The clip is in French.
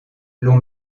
l’on